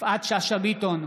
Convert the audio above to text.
יפעת שאשא ביטון,